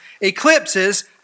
eclipses